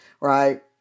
right